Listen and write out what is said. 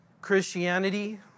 Christianity